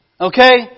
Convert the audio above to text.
Okay